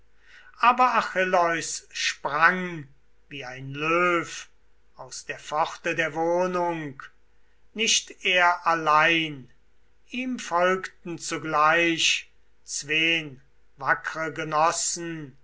aber achilleus sprang wie ein löw aus der pforte der wohnung nicht er allein ihm folgten zugleich zween wackre genossen